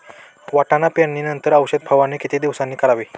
वाटाणा पेरणी नंतर औषध फवारणी किती दिवसांनी करावी?